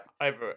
Over